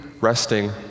resting